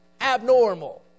abnormal